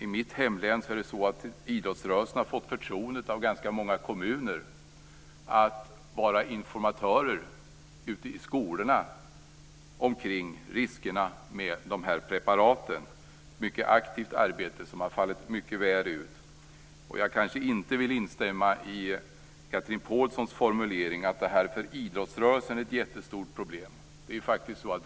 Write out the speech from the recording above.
I mitt hemlän har man i idrottsrörelsen av ganska många kommuner fått förtroendet att vara informatör i skolorna i frågor som rör riskerna med de här preparaten - ett väldigt aktivt arbete som fallit mycket väl ut. Jag vill nog inte instämma i Chatrine Pålssons formulering att detta är ett mycket stort problem för idrottsrörelsen.